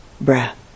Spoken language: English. breath